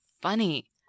funny